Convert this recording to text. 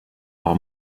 par